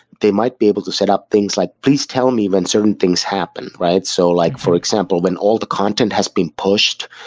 they might be able to set up things like, please tell me when certain things happen. so like for example, when all the content has been pushed,